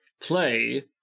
Play